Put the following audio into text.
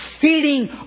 Feeding